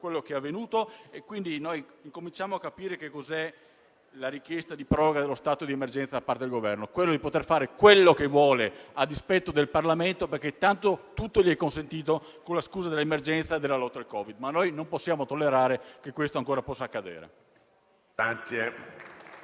quello che è avvenuto. Adesso cominciamo a capire cosa significa la richiesta di proroga dello stato di emergenza da parte del Governo: poter fare quello che vuole, a dispetto del Parlamento, perché tutto gli è consentito con la scusa dell'emergenza e della lotta al Covid. Ma noi non possiamo tollerare che questo possa ancora accadere.